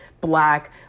black